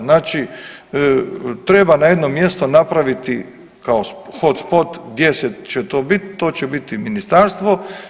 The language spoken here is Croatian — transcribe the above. Znači, treba na jednom mjestu napraviti kao hot spot gdje će to biti, to će biti ministarstvo.